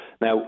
Now